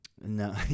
No